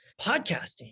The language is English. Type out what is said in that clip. podcasting